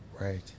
Right